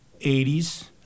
80s